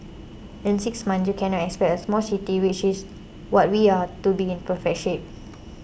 in six months you cannot expect small city which is what we are to be in perfect shape